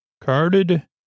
Carded